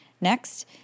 Next